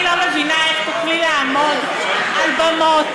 אני לא מבינה איך תוכלי לעמוד על במות